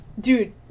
dude